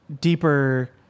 deeper